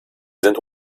sind